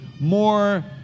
more